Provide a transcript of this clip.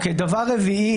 דבר רביעי,